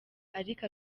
ariko